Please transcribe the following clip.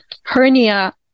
hernia